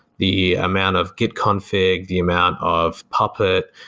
the amount of git config, the amount of puppet,